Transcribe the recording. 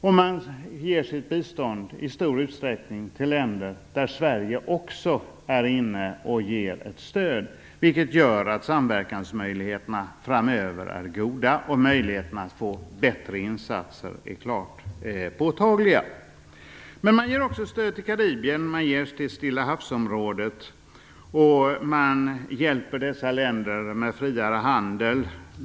Man ger också i stor utsträckning sitt bistånd till länder som även Sverige ger stöd, vilket gör att samverkansmöjligheterna framöver är goda och möjligheterna att få bättre insatser är påtagliga. Men man ger också stöd till Karibien, man ger till Stillahavsområdet. Man hjälper dessa länder med friare handel.